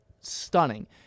stunning